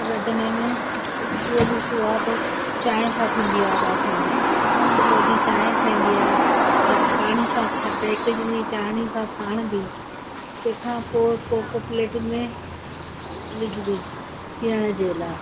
रधिणे में सुबुह जी शुरूआत चांहि खां थींदी आहे बासणनि जी सुबुह जी चांहि ठहींदी आहे वरी छाड़ी सां टेकिजंदी छाड़ीअ सां छाड़ बि तंहिं खां पोइ कोप प्लेटुनि में विझ बि पीअण जे लाइ